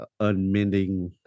unmending